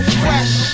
fresh